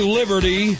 liberty